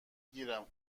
گیرم